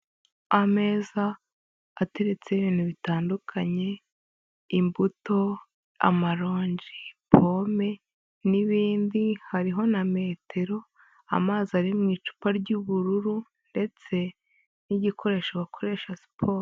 Ameza ateretse ibintu bitandukanye: imbuto, amaronji, pome n'ibindi, hariho na metero, amazi ari mu icupa ry'ubururu ndetse n'igikoresho bakoresha siporo.